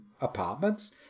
apartments